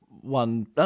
one